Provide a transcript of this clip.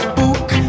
book